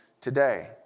today